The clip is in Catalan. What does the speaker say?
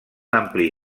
ampli